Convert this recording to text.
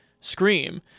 Scream